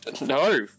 No